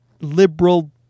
liberal